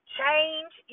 change